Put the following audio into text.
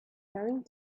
going